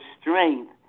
strength